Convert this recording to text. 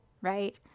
right